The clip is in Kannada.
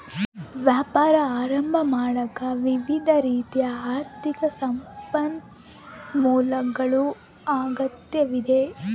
ವ್ಯಾಪಾರ ಆರಂಭ ಮಾಡಾಕ ವಿವಿಧ ರೀತಿಯ ಆರ್ಥಿಕ ಸಂಪನ್ಮೂಲಗಳ ಅಗತ್ಯವಿದೆ